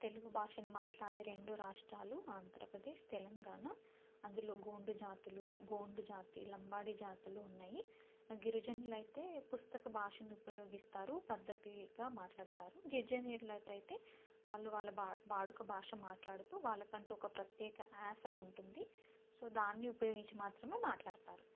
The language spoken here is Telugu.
తెలుగు భాషను మాట్లాడే రెండు రాష్ట్రాలు ఆంధ్రప్రదేశ్ తెలంగాణ అందులో గోండు జాతులు గోండు జాతి లంబాడి జాతులు ఉన్నాయి గిరిజనులయితే పుస్తక భాషని ఉపయోగిస్తారు పద్ధతిగా మాట్లాడతారు గిరిజనేతరులయితేయితే వాళ్ళు వాళ్ళ బడుక భాష మాట్లాడుతూ వాళ్ళకంటూ ఒక ప్రత్యేక ఉంటుంది సో దాన్ని ఉపయోగించి మాత్రమే మాట్లాడతారు